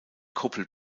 kuppel